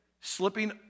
slipping